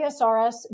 ASRS